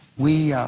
we